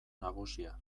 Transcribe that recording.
nagusia